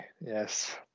yes